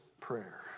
Prayer